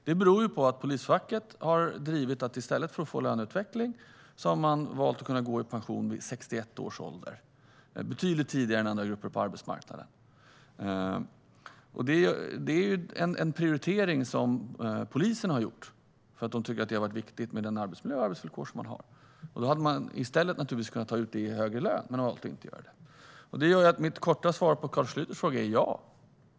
Det beror på att polisfacket har drivit att i stället för att få löneutveckling ska man kunna gå i pension vid 61 års ålder. Det är betydligt tidigare än för andra grupper på arbetsmarknaden. Det är en prioritering som polisen har gjort för att man tycker att det är viktigt i och med den arbetsmiljö och de arbetsvillkor som man har. Man hade kunnat ta ut det i högre lön i stället men har valt att inte göra det. Mitt korta svar på Carl Schlyters fråga är ja.